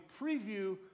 preview